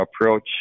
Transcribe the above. approach